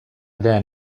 then